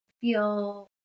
Feel